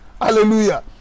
Hallelujah